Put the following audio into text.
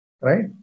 right